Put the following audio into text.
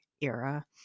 era